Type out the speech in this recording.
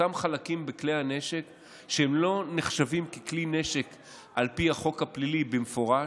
אותם חלקים בכלי הנשק שלא נחשבים ככלי נשק על פי החוק הפלילי במפורש,